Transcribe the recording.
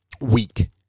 week